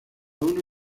uno